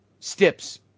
stips